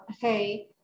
hey